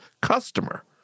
customer